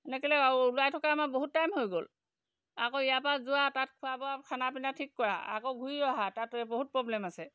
এনেকৈলৈ আৰু ওলাই থকা আমাৰ বহুত টাইম হৈ গ'ল আকৌ ইয়াৰপৰা যোৱা তাত খোৱা বোৱা খানা পিনা ঠিক কৰা আকৌ ঘূৰি অহা তাত বহুত প্ৰব্লেম আছে